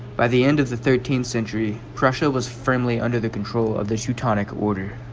by the end of the thirteenth century prussia was firmly under the control of the shoe tonic order